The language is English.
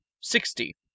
Sixty